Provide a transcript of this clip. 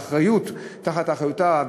שהנושא הזה תחת אחריותה,